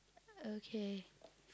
okay